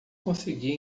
conseguia